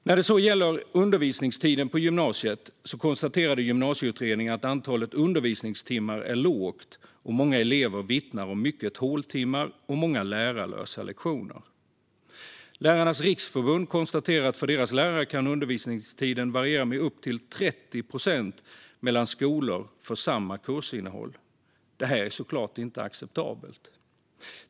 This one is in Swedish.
När det gäller undervisningstiden på gymnasiet konstaterade Gymnasieutredningen att antalet undervisningstimmar är lågt, och många elever vittnar om många håltimmar och lärarlösa lektioner. Lärarnas Riksförbund konstaterar att för deras lärare kan undervisningstiden variera med upp till 30 procent mellan skolor för samma kursinnehåll. Detta är såklart inte acceptabelt.